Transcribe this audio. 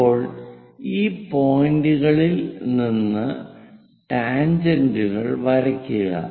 ഇപ്പോൾ ഈ പോയിന്റുകളിൽ നിന്ന് ടാൻജെന്റുകൾ വരയ്ക്കുക